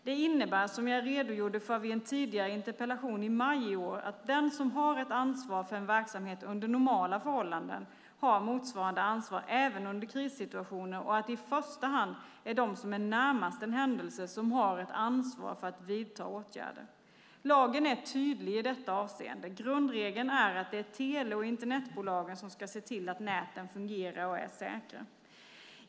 Det innebär, som jag redogjorde för vid en tidigare interpellationsdebatt i maj i år, att den som har ett ansvar för en verksamhet under normala förhållanden har motsvarande ansvar även under krissituationer och att det i första hand är de som är närmast en händelse som har ett ansvar för att vidta åtgärder. Lagen är tydlig i detta avseende - grundregeln är att det är tele och internetbolagen som ska se till att näten fungerar och är säkra.